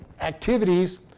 activities